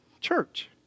church